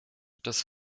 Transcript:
das